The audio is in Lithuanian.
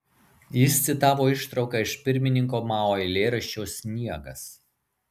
jis citavo ištrauką iš pirmininko mao eilėraščio sniegas